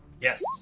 Yes